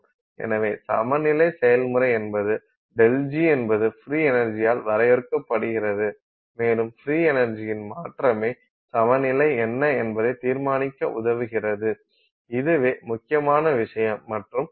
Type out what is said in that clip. எனவே சமநிலை செயல்முறை என்பது ΔG என்பது ஃப்ரீ எனர்ஜி ஆல் வரையறுக்கப்படுகிறது மேலும் ஃப்ரீ எனர்ஜியின் மாற்றமே சமநிலை என்ன என்பதை தீர்மானிக்க உதவுகிறது இதுவே முக்கியமான விஷயம் மற்றும் அதனை வரையறுக்கும் அளவுருவாகும்